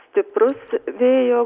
stiprus vėjo